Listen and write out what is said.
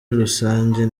rusange